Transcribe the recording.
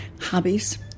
hobbies